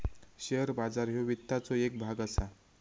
share बाजार ह्यो वित्ताचो येक भाग असा